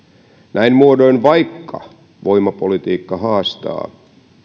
näin muodoin vaikka voimapolitiikka haastaa